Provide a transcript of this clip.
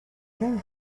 can